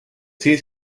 siis